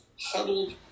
huddled